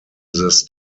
this